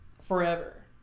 forever